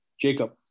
Jacob